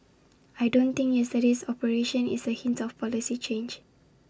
I don't think yesterday's operation is A hint of A policy change